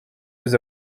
les